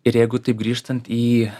ir jeigu taip grįžtant į